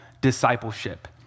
discipleship